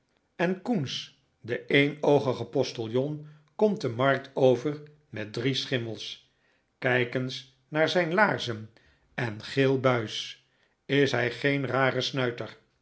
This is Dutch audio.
en kunz de een oogige postiljon komt de markt over met drie schimmels kijk eens naar zijn laarzen en geel buis is hij geen rare snuiter